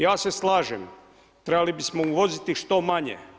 Ja se slažem, trebali bi smo uvoziti što manje.